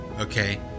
Okay